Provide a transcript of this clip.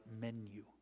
menu